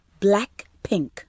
Blackpink